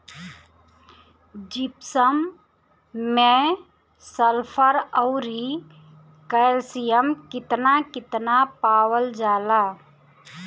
Gypsum मैं sulphur औरी calcium कितना कितना पावल जाला?